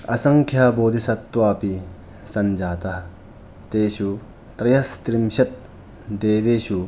असंख्यबोधीसत्वापि सञ्जातः तेषु त्रयस्त्रिंशत् देवेषु